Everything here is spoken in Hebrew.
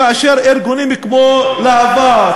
כאשר ארגונים כמו להב"ה,